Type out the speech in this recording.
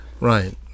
Right